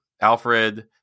Alfred